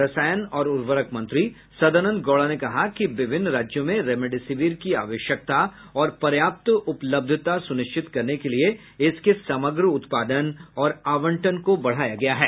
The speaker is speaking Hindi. रसायन और उर्वरक मंत्री सदानंद गौड़ा ने कहा कि विभिन्न राज्यों में रेमडेसिविर की आवश्यकता और पर्याप्त उपलब्धता सुनिश्चित करने के लिए इसके समग्र उत्पादन और आवंटन को बढ़ाया गया है